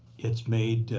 it's made